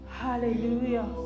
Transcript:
Hallelujah